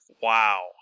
Wow